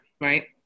right